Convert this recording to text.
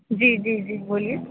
جی جی جی بولیے